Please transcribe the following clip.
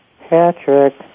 Patrick